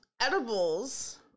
edibles